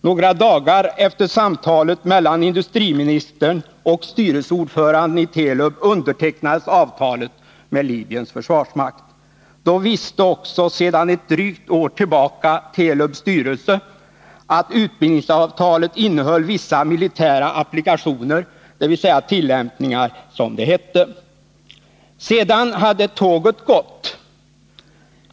Några dagar efter samtalet mellan industriministern och styrelseordföranden i Telub undertecknades avtalet med Libyens försvarsmakt. Då visste också sedan ett drygt år tillbaka Telubs styrelse att utbildningsavtalet innehöll, som det hette, vissa militära applikationer, dvs. tillämpningar. Sedan hade tåget gått.